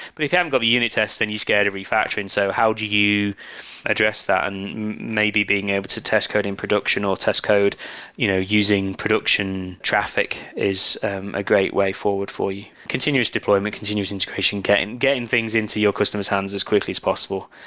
but if you haven't got the unit test and you're scared of refractor, and so how do you address that and maybe being able to test code in production or test code you know using production traffic is a great way forward for you. continuous deployment, continuous integration, getting getting things into your customers' hands as quickly as possible.